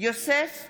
יוסף טייב,